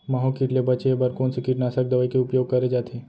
माहो किट ले बचे बर कोन से कीटनाशक दवई के उपयोग करे जाथे?